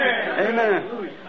Amen